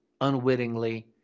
unwittingly